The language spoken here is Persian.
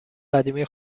قدیمی